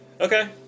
okay